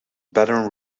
baton